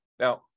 Now